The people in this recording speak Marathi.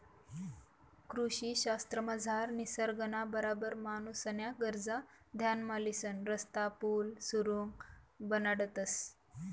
कृषी शास्त्रमझार निसर्गना बराबर माणूसन्या गरजा ध्यानमा लिसन रस्ता, पुल, सुरुंग बनाडतंस